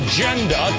Agenda